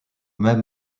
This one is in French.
même